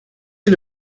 you